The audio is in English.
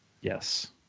Yes